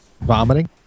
Vomiting